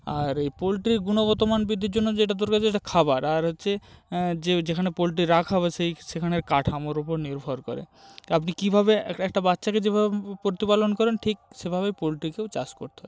আর এই পোলট্রির গুণগত মান বৃদ্ধির জন্য যেটা তোর কাছে সেটা খাবার আর হচ্ছে যেখানে পোলট্রি রাখা হবে সেই সেখানে কাঠামোর ওপর নির্ভর করে আপনি কীভাবে এক একটা বাচ্চাকে যেভাবে প্রতিপালন করেন ঠিক সেভাবেই পোলট্রিকেও চাষ করতে হয়